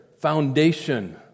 foundation